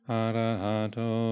arahato